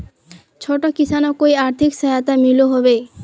छोटो किसानोक कोई आर्थिक सहायता मिलोहो होबे?